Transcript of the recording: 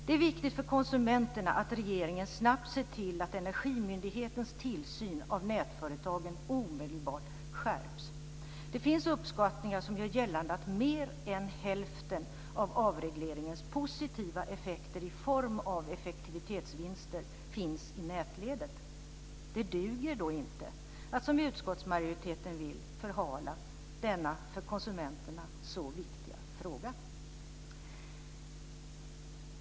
Det är viktigt för konsumenterna att regeringen snabbt ser till att Energimyndighetens tillsyn av nätföretagen omedelbart skärps. Det finns uppskattningar som gör gällande att mer än hälften av avregleringens positiva effekter i form av effektivitetsvinster finns i nätledet. Det duger då inte att, som utskottsmajoriteten vill, förhala denna för konsumenterna så viktiga fråga.